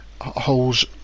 holes